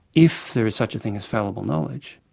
if there is such a thing as fallible knowledge,